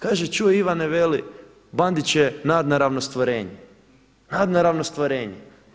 Kaže, čuj Ivane velik, Bandić je nadnaravno stvorenje, nadnaravno stvorenje.